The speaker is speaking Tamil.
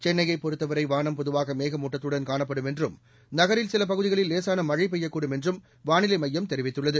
சென்னையப் பொறுத்தவரை வானம் பொதுவாக மேகமூட்டத்துடன் காணப்படும் என்றும் நகரில் சில பகுதிகளில் லேசான மழை பெய்யக்கூடும் என்றும் வானிலை மையம் தெரிவித்துள்ளது